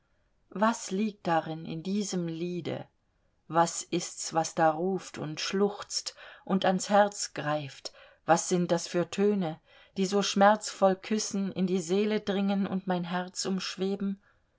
was liegt darin in diesem liede was ist's was da ruft und schluchzt und ans herz greift was sind das für töne die so schmerzvoll küssen in die seele dringen und mein herz umschweben